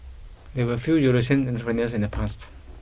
there were few Eurasian entrepreneurs in the pasts